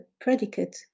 predicate